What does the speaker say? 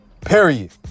period